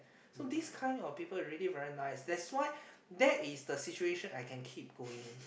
so this kind of people really very nice that's why that is the situation I can keep going